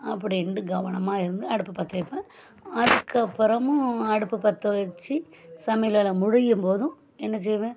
அப்படின்ட்டு கவனமாக இருந்து அடுப்பை பற்ற வைப்பேன் அதுக்கப்புறமும் அடுப்பை பற்ற வச்சு சமையல் வேலை முடியும் போதும் என்ன செய்வேன்